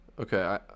Okay